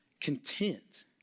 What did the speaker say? content